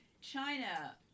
China